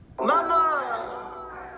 mama